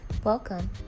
Welcome